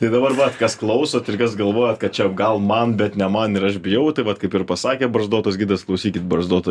tai dabar vat kas klausot ir kas galvojat kad čia gal man bet ne man ir aš bijau tai vat kaip ir pasakė barzdotas gidas klausykit barzdoto